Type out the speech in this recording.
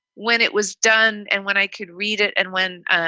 when it was done and when i could read it and when i